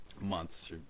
months